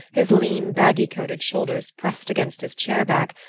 his lean baggy-coated shoulders pressed against his chair-back,